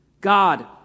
God